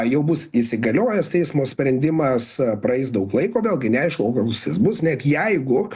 jau bus įsigaliojęs teismo sprendimas praeis daug laiko vėlgi neaišku o koks jis bus net jeigu